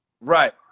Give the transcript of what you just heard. Right